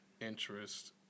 interest